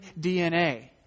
DNA